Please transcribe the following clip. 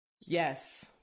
Yes